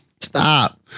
Stop